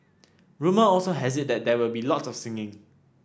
rumour also has it that there will be lot of singing